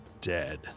dead